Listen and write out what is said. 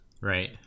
Right